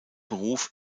beruf